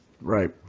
Right